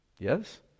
Yes